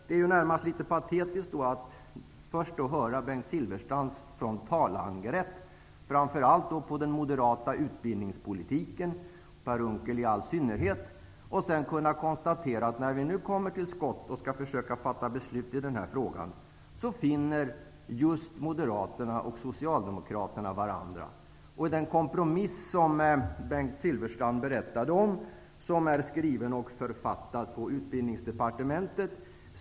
Då är det närmast litet patetiskt att först höra Bengt Silfverstrands frontalangrepp på framför allt den moderata utbildningspolitiken, och på Per Unckel i all synnerhet, och sedan konstatera att när vi nu kommer till skott och skall försöka fatta beslut i den här frågan finner just Moderaterna och Socialdemokraterna varandra. Den kompromiss som Bengt Silfverstrand berättade om, är skriven och författad på Utbildningsdepartementet.